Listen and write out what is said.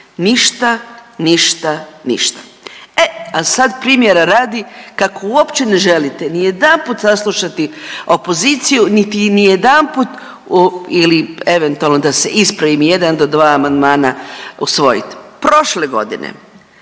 Ništa, ništa, ništa. E a sad primjera radi kao uopće ne želite ni jedanput saslušati opoziciju, niti ni jedanput ili eventualno da se ispravim jedan do dva amandmana usvojiti. Prošle godine